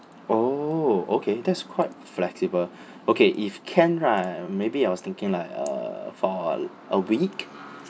oh okay that's quite flexible okay if can right maybe I was thinking like uh for a week